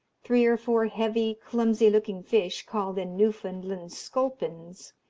three or four heavy, clumsy-looking fish, called in newfoundland sculpins,